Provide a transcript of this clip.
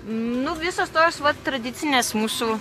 nu visos tos vat tradicinės mūsų